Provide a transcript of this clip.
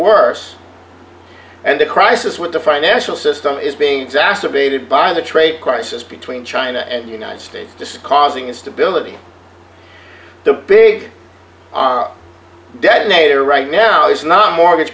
worse and the crisis with the financial system is being exacerbated by the trade crisis between china and united states discarding instability the big detonator right now is not mortgage